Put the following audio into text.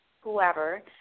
whoever